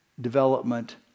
development